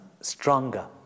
stronger